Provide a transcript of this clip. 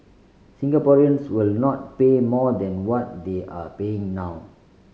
Singaporeans will not pay more than what they are paying now